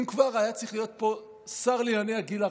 אם כבר, היה צריך להיות פה שר לענייני הגיל הרך.